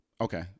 Okay